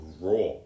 Raw